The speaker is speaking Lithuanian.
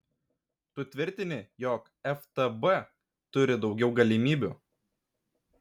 tu tvirtini jog ftb turi daugiau galimybių